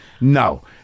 No